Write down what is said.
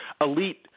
elite